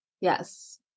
Yes